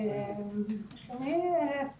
שלומי, תראי,